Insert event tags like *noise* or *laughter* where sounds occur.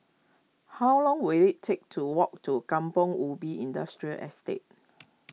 how long will it take to walk to Kampong Ubi Industrial Estate *noise*